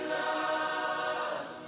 love